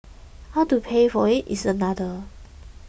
how to pay for it is another